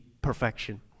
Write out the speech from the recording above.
perfection